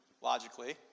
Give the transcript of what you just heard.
logically